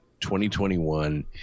2021